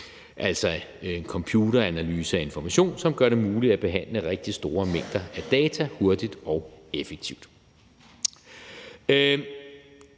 altså en computeranalyse af information, som gør det muligt at behandle rigtig store mængder af data hurtigt og effektivt.